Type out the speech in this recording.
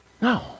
No